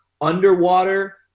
underwater